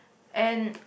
and